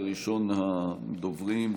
וראשון הדוברים,